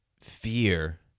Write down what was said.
fear